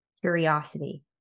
curiosity